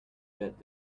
that